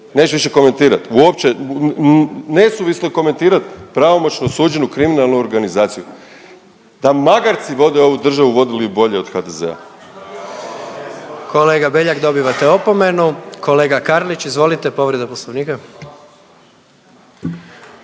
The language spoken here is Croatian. neću više komentirat, uopće nesuvislo je komentirat pravomoćno osuđenu kriminalnu organizaciju. Da magarci vode ovu državu vodili bi bolje od HDZ-a. **Jandroković, Gordan (HDZ)** Kolega Beljak, dobivate opomenu. Kolega Karlić izvolite, povreda Poslovnika.